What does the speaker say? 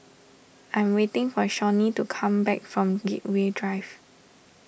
I'm waiting for Shawnee to come back from Gateway Drive